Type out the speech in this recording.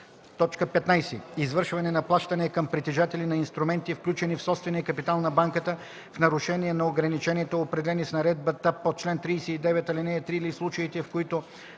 15. извършване на плащания към притежатели на инструменти, включени в собствения капитал на банката, в нарушение на ограниченията, определени с наредбата по чл. 39, ал. 3, или в случаите, в които